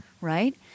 Right